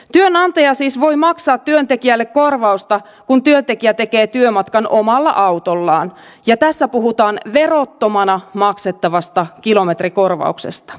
työnantaja siis voi maksaa työntekijälle korvausta kun työntekijä tekee työmatkan omalla autollaan ja tässä puhutaan verottomana maksettavasta kilometrikorvauksesta